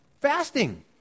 Fasting